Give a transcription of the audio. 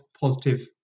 positive